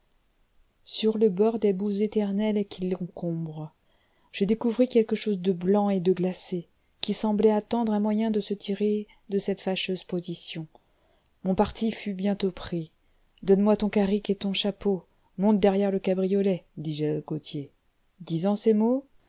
sur le bord des boues éternelles qui l'encombrent je découvris quelque chose de blanc et de glacé qui semblait attendre un moyen de se tirer de cette fâcheuse position mon parti fut bientôt pris donne-moi ton carrick et ton chapeau monte derrière le cabriolet dis-je à gauthier disant ces mots